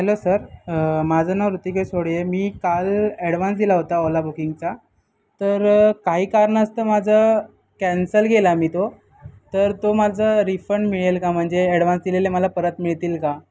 hello sir माझं नाव रुतिकेशोडी आहे मी काल ॲडवान्स दिला होता ओला बुकिंगचा तर काही कारणास्त माझं कॅन्सल केला मी तो तर तो माझं रिफंड मिळेल का म्हणजे ॲडव्हान्स दिलेले मला परत मिळतील का